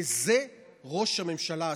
בזה ראש הממשלה עסוק.